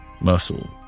muscle